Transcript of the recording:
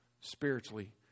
spiritually